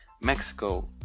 Mexico